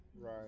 Right